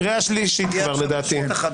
shoot don't talk.